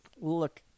look